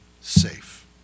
safe